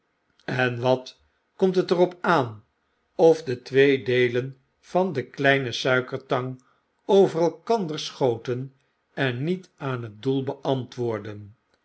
en wat komt het er op aan of de twee deelen van den klinen suikertang over elkander schoten en niet aan het doel beantwoordden